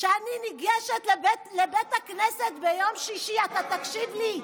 שאני ניגשת לבית הכנסת ביום שישי, אתה תקשיב לי.